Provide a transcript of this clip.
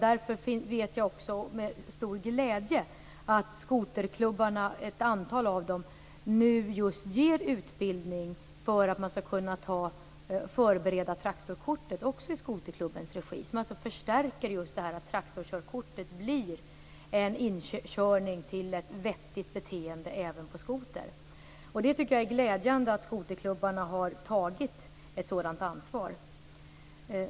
Därför är det med stor glädje jag har fått veta att ett antal av skoterklubbarna nu ger utbildning för att man också skall kunna förbereda traktorkortet i skoterklubbens regi. Man förstärker att traktorkörkortet blir en inkörning till ett vettigt beteende även på skoter. Jag tycker att det är glädjande att skoterklubbarna har tagit ett sådant ansvar.